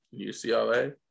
UCLA